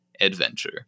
adventure